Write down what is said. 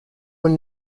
one